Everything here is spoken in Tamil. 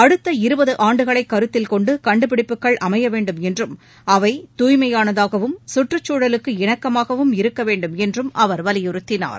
அடுத்த இருபது ஆண்டுகளைக் கருத்தில் கொண்டு கண்டுபிடிப்புகள் அமைய வேண்டுமென்றும் துய்மையானதாகவும் சுற்றுச்சூழலுக்கு இணக்கமாகவும் இருக்க வேண்டுமென்று அவர் அவை வலியுறுத்தினார்